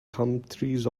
countries